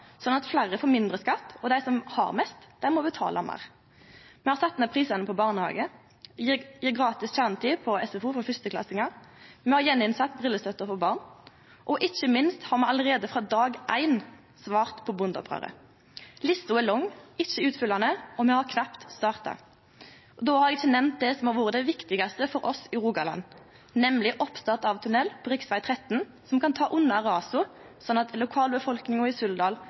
sånn at fleire får mindre skatt, og dei som har mest, må betale meir. Me har sett ned prisane på barnehage, me gjev gratis kjernetid i SFO for fyrsteklassingar, me har innført brillestøtte for barn igjen, og ikkje minst har me allereie frå dag éin svart på bondeopprøret. Lista er lang, men ikkje utfyllande, og me har knapt starta. Då har eg ikkje nemnt det som har vore det viktigaste for oss i Rogaland, nemleg oppstart av tunnel på riksveg 13 som kan ta unna rasa, sånn at lokalbefolkninga i Suldal